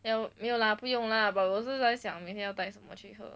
要没有 lah 不用 lah but 我是在想明天要带什么去喝